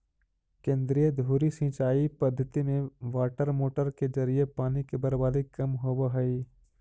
केंद्रीय धुरी सिंचाई पद्धति में वाटरमोटर के जरिए पानी के बर्बादी कम होवऽ हइ